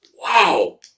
Wow